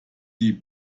die